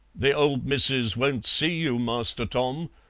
the old missus won't see you, master tom,